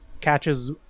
catches